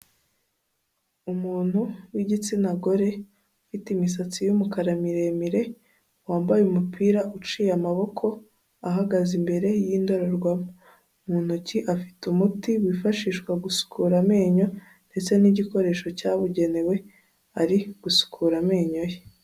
Umuntu w'igitsina gore ufite imisatsi y'umukara miremire, wambaye umupira uciye amaboko, ahagaze imbere y'indorerwamo. Mu ntoki afite umuti wifashishwa gusukura amenyo, ndetse n'igikoresho cyabugenewe. Arigusukura amenyo ye.